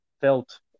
felt